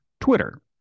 Twitter